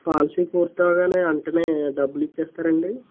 policy పూర్తవ్వగానే వెంటనే డబ్బులు ఇచ్చేస్తారా అండి